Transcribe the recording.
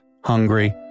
hungry